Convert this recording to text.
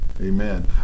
Amen